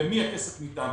למי הכסף ניתן.